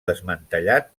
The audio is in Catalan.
desmantellat